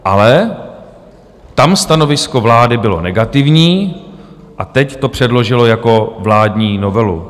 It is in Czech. Ale tam stanovisko vlády bylo negativní, a teď to předložila jako vládní novelu.